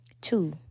Two